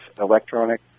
electronic